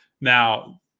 Now